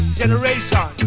generation